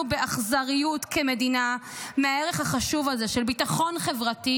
באכזריות כמדינה מהערך החשוב הזה של ביטחון חברתי,